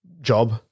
job